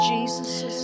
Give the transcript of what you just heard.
Jesus